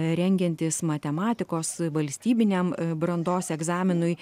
rengiantis matematikos valstybiniam brandos egzaminui